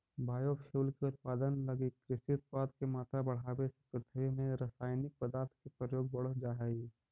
biofuel के उत्पादन लगी कृषि उत्पाद के मात्रा बढ़ावे से पृथ्वी में रसायनिक पदार्थ के प्रयोग बढ़ जा हई